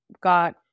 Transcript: got